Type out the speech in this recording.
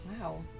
Wow